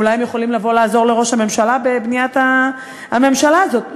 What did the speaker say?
אולי הם יכולים לבוא לעזור לראש הממשלה בבניית הממשלה הזאת.